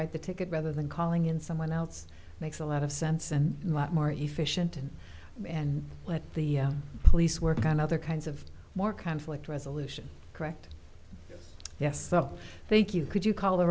write the ticket rather than calling in someone else makes a lot of sense and a lot more efficient and let the police work on other kinds of more conflict resolution correct yes stuff thank you could you call the